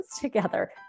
together